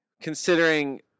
Considering